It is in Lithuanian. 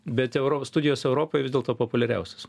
bet euro studijos europoj vis dėlto populiariausios